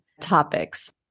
topics